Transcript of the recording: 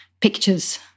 pictures